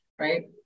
right